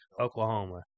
Oklahoma